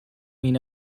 این